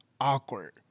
awkward